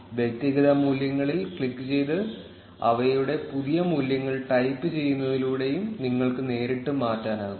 വ്യക്തിഗത മൂല്യങ്ങളിൽ ക്ലിക്കുചെയ്ത് അവയുടെ പുതിയ മൂല്യങ്ങൾ ടൈപ്പുചെയ്യുന്നതിലൂടെയും നിങ്ങൾക്ക് നേരിട്ട് മാറ്റാനാകും